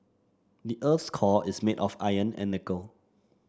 the earth's core is made of iron and nickel